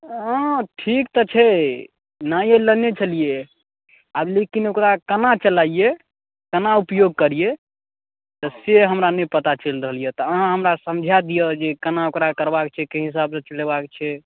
हँ ठीक तऽ छै नए लेने छलियै आब लेकिन ओकरा केना चलबियै केना उपयोग करियै तऽ से हमरा नहि पता चलि रहल यए तऽ अहाँ हमरा समझाए दिअ जे केना ओकरा करबाक छै कय हिसाबसँ चलेबाक छै